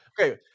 okay